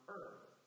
earth